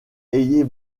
ayez